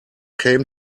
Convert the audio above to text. came